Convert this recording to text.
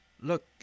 look